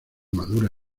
madura